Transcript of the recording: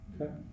Okay